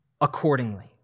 accordingly